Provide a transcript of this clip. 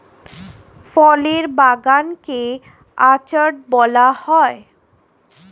ফলের বাগান কে অর্চার্ড বলা হয়